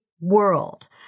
world